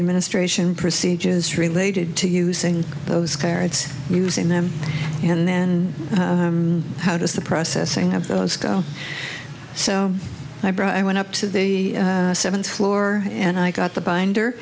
administration procedures related to using those cards using them and then how does the processing of those go so i brought i went up to the seventh floor and i got the binder